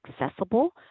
accessible